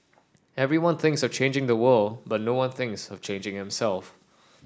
everyone thinks of changing the world but no one thinks of changing himself